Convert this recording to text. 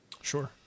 sure